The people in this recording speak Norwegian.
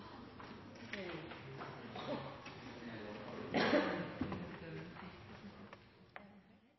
er